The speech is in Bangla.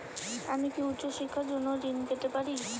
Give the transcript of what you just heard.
আমি কি উচ্চ শিক্ষার জন্য ঋণ পেতে পারি?